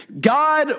God